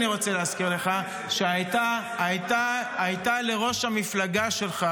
אני רוצה להזכיר לך שהייתה ------- לראש המפלגה שלך